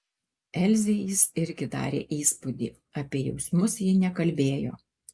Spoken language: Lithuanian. elzei jis irgi darė įspūdį apie jausmus ji nekalbėjo